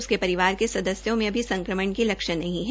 उसके परिवार के सदस्यों में अभी संक्रमण के लक्षण नहीं है